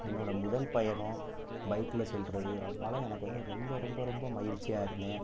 என்னோடய முதல் பயணம் பைக்கில் செல்வது அதனால் எனக்கு வந்து ரொம்ப ரொம்ப ரொம்ப மகிழ்ச்சியா இருந்தேன்